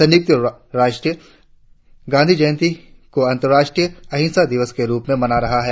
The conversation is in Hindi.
संयुक्त राष्ट्रीय गांधी जयंती को अंतर्राष्ट्रीय अहिंसा दिवस के रुप में मना रहा है